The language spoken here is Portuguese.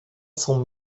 são